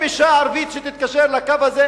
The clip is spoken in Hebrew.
האם אשה ערבייה שתתקשר לקו הזה,